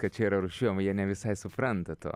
kad čia rūšiuojama jie ne visai supranta to